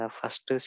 first